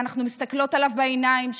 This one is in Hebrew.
ואנחנו מסתכלות עליו בעיניים,